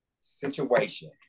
situation